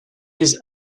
his